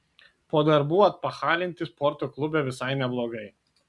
po darbų atpachalinti sporto klube visai neblogai